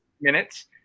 minutes